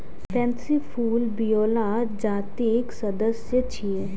pansy फूल viola जातिक सदस्य छियै